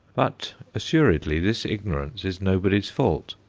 but assuredly this ignorance is nobody's fault.